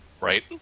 Right